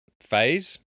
phase